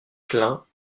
klein